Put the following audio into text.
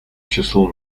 числу